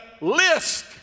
list